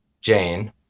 Jane